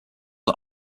are